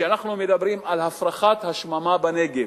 שאנחנו מדברים על הפרחת השממה בנגב,